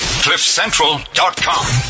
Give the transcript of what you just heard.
cliffcentral.com